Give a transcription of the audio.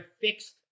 fixed